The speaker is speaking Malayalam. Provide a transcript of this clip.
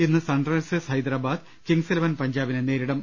ഇന്ന് സൺറൈസേഴ്സ് ഹൈദരബാദ് കിംഗ്സ് ഇലവൻ പഞ്ചാബിനെ നേരി ടും